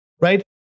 right